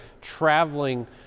traveling